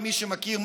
למי שמכיר,